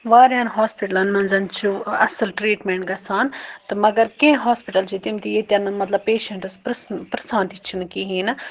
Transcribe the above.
وارِہَن ہَاسپِٹَلَن منٛز چھُ اَصٕل ٹرٛیٖٹمؠنٛٹ گژھان تہٕ مَگر کینٛہہ ہاسپِٹَل چھِ تِم تہِ ییٚتؠن نہٕ مطلب پیٚشَنٹَس پٕرٔژھ پٕرٔژھان تہِ چھِنہٕ کِہیٖنۍ نہٕ